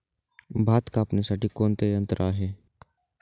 भात कापणीसाठी कोणते यंत्र आहे?